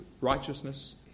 righteousness